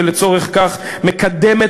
ולצורך כך מקדמת